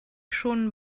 schon